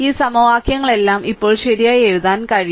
ഈ സമവാക്യങ്ങളെല്ലാം ഇപ്പോൾ ശരിയായി എഴുതാൻ കഴിയും